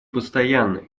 постоянно